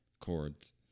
chords